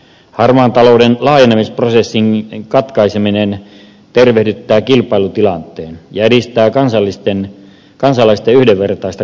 harmaan talouden laajenemisprosessin katkaiseminen tervehdyttää kilpailutilanteen ja edistää kansalaisten yhdenvertaista kohtelua